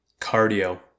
cardio